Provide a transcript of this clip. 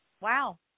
wow